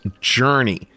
Journey